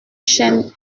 chêne